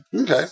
Okay